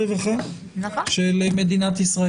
ברוכים המתכנסים והמתכנסות לדיון.